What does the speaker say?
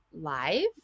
live